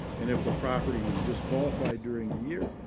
and if the property was disqualified during the year,